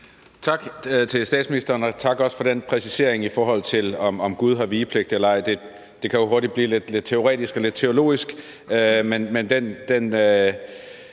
Tak til statsministeren – også tak for den præcisering, i forhold til om Gud har vigepligt eller ej. Det kan jo hurtigt blive lidt teoretisk og lidt teologisk, men den